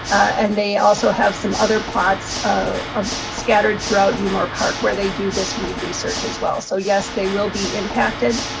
and they also have some other plots ah scattered throughout umore park where they do this weed research as well. so yes, they will be impacted.